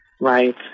Right